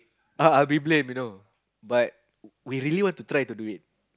ah I'll be blame you know but we really want to try to do it